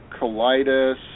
colitis